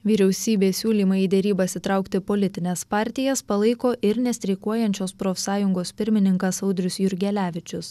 vyriausybės siūlymą į derybas įtraukti politines partijas palaiko ir nestreikuojančios profsąjungos pirmininkas audrius jurgelevičius